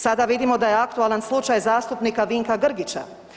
Sada vidimo da je aktualan slučaj zastupnika Vinka Grgića.